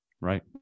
Right